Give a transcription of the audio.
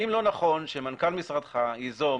האם לא נכון שמנכ"ל משרדך ייזום